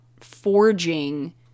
forging